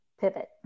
pivot